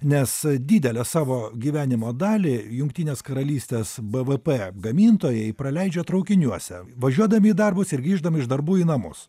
nes didelę savo gyvenimo dalį jungtinės karalystės bvp gamintojai praleidžia traukiniuose važiuodami į darbus ir grįždami iš darbų į namus